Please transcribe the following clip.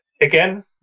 again